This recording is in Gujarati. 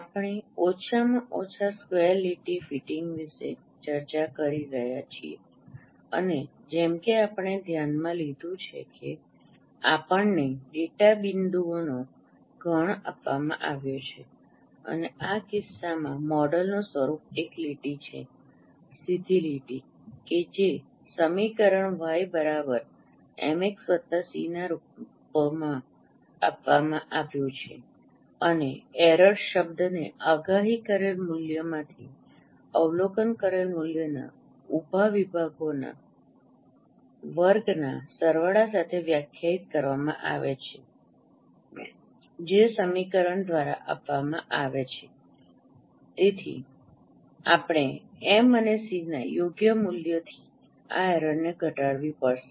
આપણે ઓછામાં ઓછા સ્ક્વેર લીટી ફિટિંગ વિશે ચર્ચા કરી રહ્યા છીએ અને જેમકે આપણે ધ્યાનમાં લીધું છે કે આપણને ડેટા બિંદુઓનો ગણ આપવામાં આવ્યો છે અને આ કિસ્સામાં મોડેલનું સ્વરૂપ એક લીટી છે સીધી લીટી કે જે સમીકરણ y mx c ના રૂપમાં આપવામાં આવ્યું છે અને એરરભૂલ શબ્દને આગાહી કરેલ મૂલ્યમાંથી અવલોકન કરેલ મૂલ્યના ઉભા વિભાગોના વર્ગના સરવાળા તરીકે વ્યાખ્યાયિત કરવામાં આવે છે જે સમીકરણ દ્વારા આપવામાં આવે છે કે તેથી આપણે એમ અને સી ના યોગ્ય મૂલ્યોથી આ એરરને ઘટાડવી પડશે